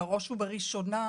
בראש ובראשונה,